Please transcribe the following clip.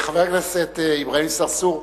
חבר הכנסת אברהים צרצור,